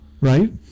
right